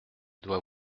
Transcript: doit